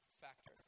factor